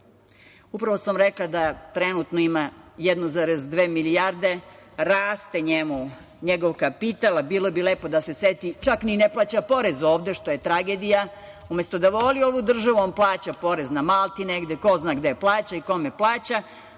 sam vam rekla da trenutno ima 1,2 milijarde, raste njemu njegov kapital, a bilo bi lepo da se seti, čak ni ne plaća porez ovde, što je tragedija, umesto da voli ovu državu, on plaća porez na Malti negde, ko zna gde plaća i kome plaća,